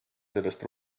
sellest